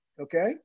okay